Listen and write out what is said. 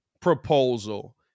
proposal –